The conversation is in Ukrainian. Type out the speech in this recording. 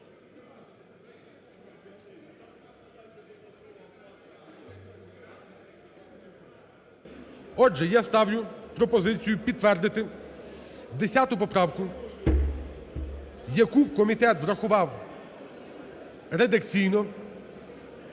Отже, я ставлю пропозицію підтвердити 10 поправку, яку комітет врахував редакційно.